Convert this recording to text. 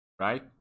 right